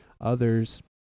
others